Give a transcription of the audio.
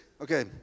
Okay